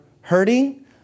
hurting